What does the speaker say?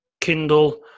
Kindle